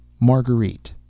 Marguerite